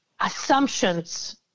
Assumptions